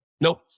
Nope